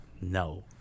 No